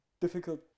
difficult